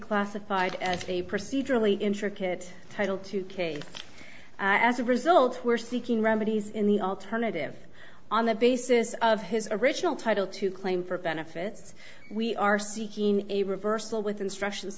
classified as a proceed really intricate title to case as a result we're seeking remedies in the alternative on the basis of his original title to claim for benefits we are seeking a reversal with instructions